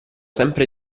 sempre